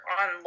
on